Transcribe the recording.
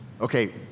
Okay